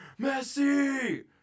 Messi